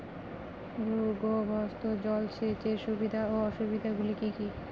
ভূগর্ভস্থ জল সেচের সুবিধা ও অসুবিধা গুলি কি কি?